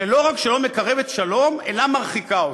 שלא רק שלא מקרבת שלום, אלא מרחיקה אותו.